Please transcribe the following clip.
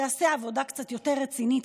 תעשה עבודה קצת יותר רצינית,